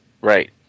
Right